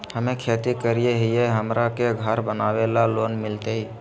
हमे खेती करई हियई, हमरा के घर बनावे ल लोन मिलतई?